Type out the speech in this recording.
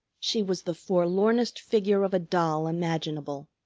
she was the forlornest figure of a doll imaginable.